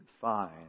find